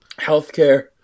healthcare